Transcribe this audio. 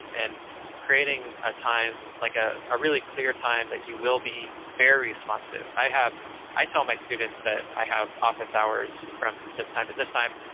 and and creating a time like ah a really clear time that you will be very responsive. i have i tell my students that i have office hours from this time to this time,